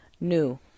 new